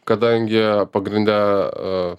kadangi pagrinde